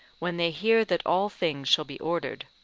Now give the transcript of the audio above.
when they hear that all things shall be ordered,